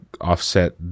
offset